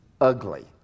ugly